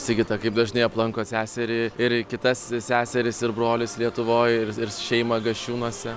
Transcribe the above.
sigita kaip dažnai aplankot seserį ir kitas seseris ir brolius lietuvoj ir ir šeimą gasčiūnuose